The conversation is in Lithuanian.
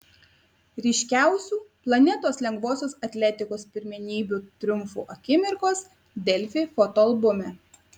ryškiausių planetos lengvosios atletikos pirmenybių triumfų akimirkos delfi fotoalbume